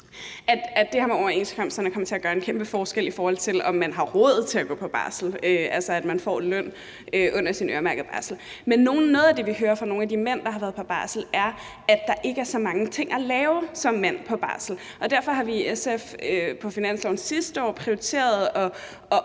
her med overenskomsterne kommer til at gøre en kæmpe forskel, i forhold til om man har råd til at gå på barsel, altså at man får løn under sin øremærkede barsel. Men noget af det, vi hører fra nogle af de mænd, der har været på barsel, er, at der ikke er så mange ting at lave som mand på barsel. Derfor har vi i SF på finansloven sidste år prioriteret at